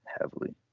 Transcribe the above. heavily